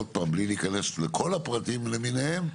עוד פעם, בלי להיכנס לכל הפרטים למיניהם.